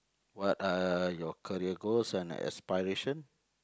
what are your career goals and aspiration